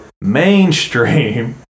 mainstream